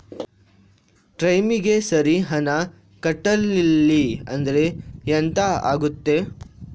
ಟೈಮಿಗೆ ಸರಿ ಹಣ ಕಟ್ಟಲಿಲ್ಲ ಅಂದ್ರೆ ಎಂಥ ಆಗುತ್ತೆ?